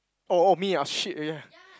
oh oh me ah shit ya